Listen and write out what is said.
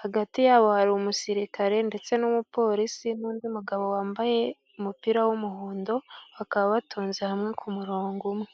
hagati yabo har'umusirikare, ndetse n'umupolisi n'undi mugabo wambaye umupira w'umuhondo, bakaba batonze hamwe kumurongo umwe.